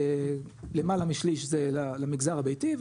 למעלה משליש זה למגזר הביתי,